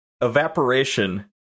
evaporation